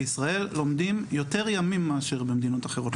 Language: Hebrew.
בישראל לומדים יותר ימים מאשר במדינות אחרות,